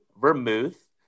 vermouth